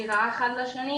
סתירה אחד לשני,